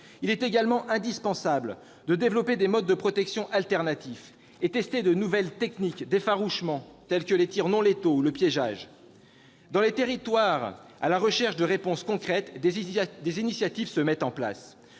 Il est également indispensable de développer des modes de protection alternatifs et de tester de nouvelles techniques d'effarouchement, telles que les tirs non létaux ou le piégeage. Dans les territoires en recherche de réponses concrètes des initiatives se mettent en place.